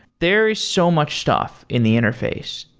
there is so much stuff in the interface,